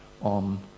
on